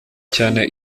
cyane